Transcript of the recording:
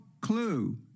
clue